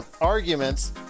arguments